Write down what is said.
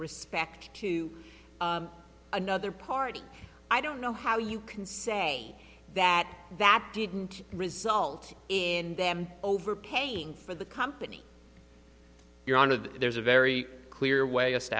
respect to another party i don't know how you can say that that didn't result in them overpaying for the company you're on of there's a very clear w